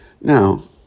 Now